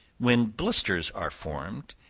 when blisters are formed,